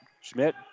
Schmidt